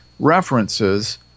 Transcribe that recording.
references